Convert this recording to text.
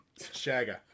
Shagger